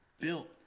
built